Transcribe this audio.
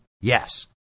Yes